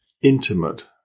intimate